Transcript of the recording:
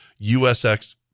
USX